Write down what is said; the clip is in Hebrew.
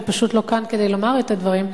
היא פשוט לא כאן כדי לומר את הדברים,